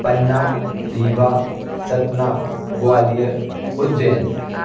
Panna Rewa Satna Gwalior Ujjain